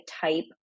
type